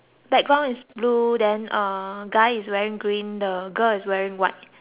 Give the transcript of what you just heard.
blue then uh guy is wearing green the girl is wearing white